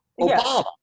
Obama